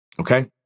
okay